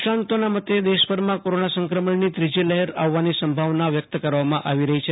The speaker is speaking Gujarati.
નિષ્ણાતોના મતે દેશભરમાં કોરોના સંક્રમણની ત્રીજી લહેર આવવાની સંભાવના વ્યક્ત કરવામાં આવી રહી છે